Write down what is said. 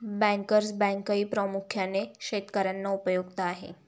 bankers बँकही प्रामुख्याने शेतकर्यांना उपयुक्त आहे